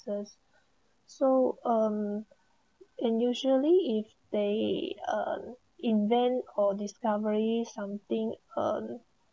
ses so um and usually if they earn invent or discovery something um